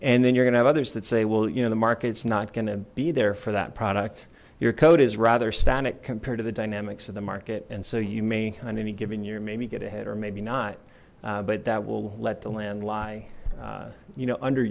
and then you're gonna have others that say well you know the market it's not going to be there for that product your code is rather static compared to the dynamics of the market and so you may on any given year maybe get ahead or maybe not but that will let the land lie you know